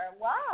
Wow